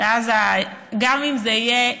שאז, גם אם זה יהיה,